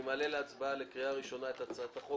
אני מעלה להצבעה לקריאה ראשונה את הצעת חוק